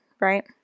right